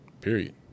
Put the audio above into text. Period